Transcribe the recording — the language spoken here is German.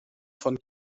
von